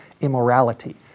immorality